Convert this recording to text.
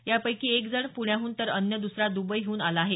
यापैकी एक जण पुण्याहून तर अन्य द्सरा द्बईहून आला आहे